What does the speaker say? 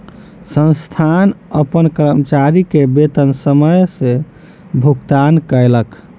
संस्थान अपन कर्मचारी के वेतन समय सॅ भुगतान कयलक